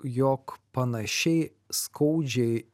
jog panašiai skaudžiai